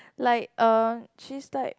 like a she is like